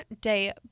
day